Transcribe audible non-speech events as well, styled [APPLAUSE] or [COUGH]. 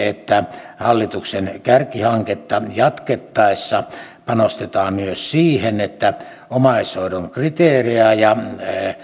[UNINTELLIGIBLE] että hallituksen kärkihanketta jatkettaessa panostetaan myös siihen että omaishoidon kriteerejä ja